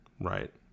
Right